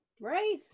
Right